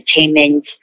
entertainment